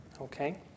Okay